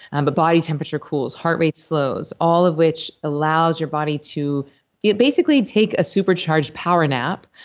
and but body temperature cools, heart rate slows, all of which allows your body to basically take a supercharged power nap,